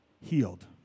healed